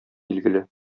билгеле